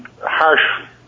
harsh